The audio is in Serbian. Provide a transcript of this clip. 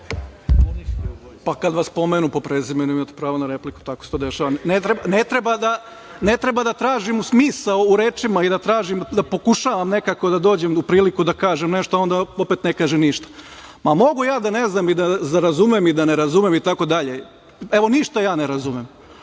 Pa, kad vas pomenu po prezimenu, imate pravo na repliku. Tako se to dešava. Ne treba da tražim smisao u rečima i da tražim i da pokušavam nekako da dođem u priliku da kažem nešto, onda opet ne kažem ništa. Mogu ja da ne znam i da razumem i da ne razumem, itd. Evo ništa ja ne razumem.